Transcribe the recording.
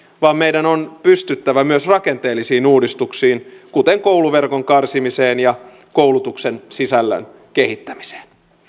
vaan meidän on pystyttävä myös rakenteellisiin uudistuksiin kuten kouluverkon karsimiseen ja koulutuksen sisällön kehittämiseen